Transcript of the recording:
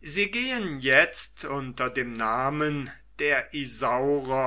sie gehen jetzt unter dem namen der